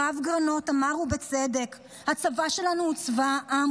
הרב גרנות אמר, ובצדק: הצבא שלנו הוא צבא העם.